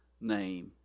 name